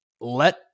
let